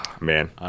Man